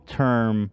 term